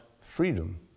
freedom